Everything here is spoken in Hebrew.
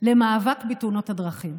למאבק בתאונות הדרכים.